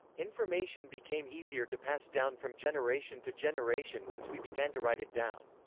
information became easier to pass down from generation to generation once we began to write it down.